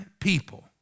people